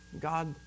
God